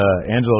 Angelo